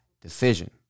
decision